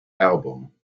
album